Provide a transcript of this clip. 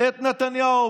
את נתניהו,